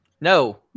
No